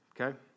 okay